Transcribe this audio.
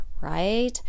right